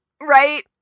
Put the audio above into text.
right